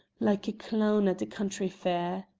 like a clown at a country fair.